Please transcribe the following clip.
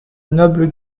nobles